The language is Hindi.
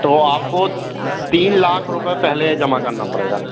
तो आपको तीन लाख रुपये पहले जमा करना पड़ेगा